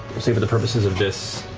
we'll say for the purposes of this